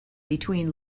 between